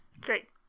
great